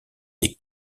des